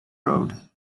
road